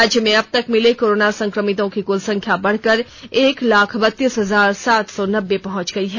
राज्य में अब तक मिले कोरोना संक्रमितों की क्ल संख्या बढ़कर एक लाख बतीस हजार सात सौ नब्बे पहंच गई है